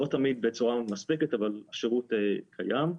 לא תמיד בצורה מספקת אבל השירות קיים.